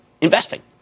investing